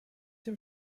your